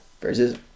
versus